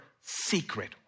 secret